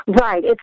Right